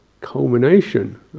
culmination